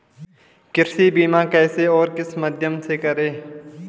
कृषि बीमा कैसे और किस माध्यम से करें?